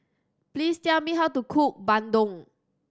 please tell me how to cook bandung